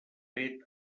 fet